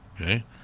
Okay